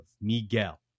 Miguel